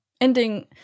Ending